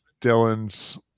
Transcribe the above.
Dylan's